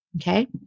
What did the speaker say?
Okay